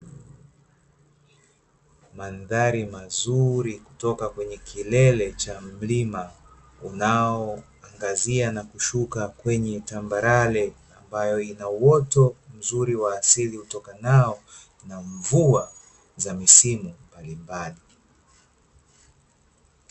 Mandhari mazuri kutoka kwenye kilele cha mlima unaoangazia na kushuka kwenye tambarare, ambayo ina uoto mzuri wa asili utokanao na mvua za misimu mbalimbali.